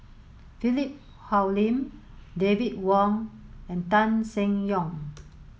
Philip Hoalim David Wong and Tan Seng Yong